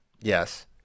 Yes